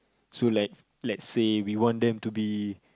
so like let's say we want them to be